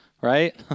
right